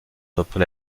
reprit